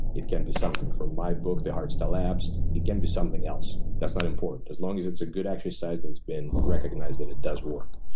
it can be from my book, the hard style abs. it can be something else. that's not important, as long as it's a good exercise that's been recognized that it does work.